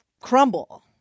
crumble